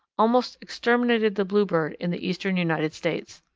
almost exterminated the bluebird in the eastern united states.